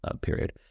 period